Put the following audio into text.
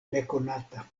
nekonata